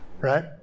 Right